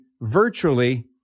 virtually